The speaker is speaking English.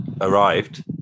arrived